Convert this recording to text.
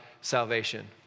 salvation